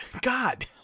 God